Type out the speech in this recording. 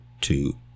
two